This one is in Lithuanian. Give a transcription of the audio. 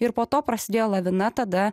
ir po to prasidėjo lavina tada